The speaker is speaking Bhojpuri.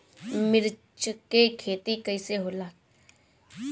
मिर्च के खेती कईसे होला?